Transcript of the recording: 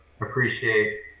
appreciate